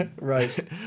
Right